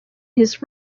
his